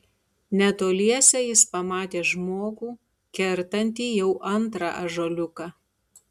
netoliese jis pamatė žmogų kertantį jau antrą ąžuoliuką